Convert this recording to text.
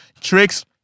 tricks